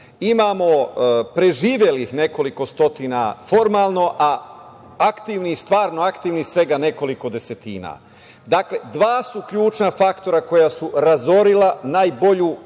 imamo preživelih nekoliko stotina formalno, a aktivnih, stvarno aktivnih svega nekoliko desetina. Dakle, dva su ključna faktora koja su razorila najbolju